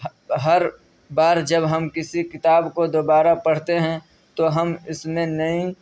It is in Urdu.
ہر بار جب ہم کسی کتاب کو دوبارہ پڑھتے ہیں تو ہم اس میں نئی